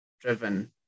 driven